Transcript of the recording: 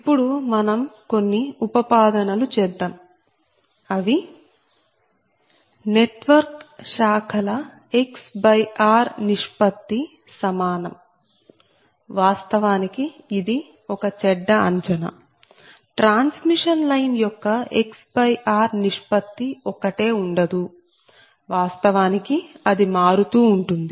ఇప్పుడు మనం కొన్ని ప్రమేయం చేద్దాం అవి అన్ని నెట్వర్క్ శాఖల XRనిష్పత్తి సమానం వాస్తవానికి ఇది ఒక చెడ్డ అంచనా ట్రాన్స్మిషన్ లైన్ యొక్క XR నిష్పత్తి ఒకటే ఉండదు వాస్తవానికి అది మారుతూ ఉంటుంది